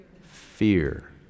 Fear